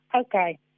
okay